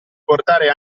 portare